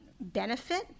benefit